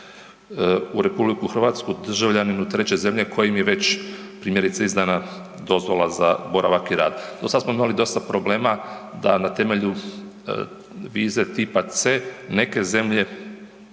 u RH državljaninu treće zemlje kojem je već primjerice izdana dozvola za boravak i rad. Do sada smo imali dosta problema da na temelju vize tipa C neke zemlje